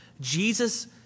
Jesus